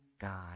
God